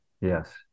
Yes